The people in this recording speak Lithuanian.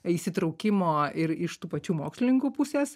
įsitraukimo ir iš tų pačių mokslininkų pusės